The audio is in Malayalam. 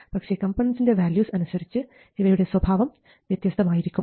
പക്ഷേ കമ്പണന്റ്സിൻറെ വാല്യൂസ് അനുസരിച്ച് ഇവയുടെ സ്വഭാവം വ്യത്യസ്തമായിരിക്കും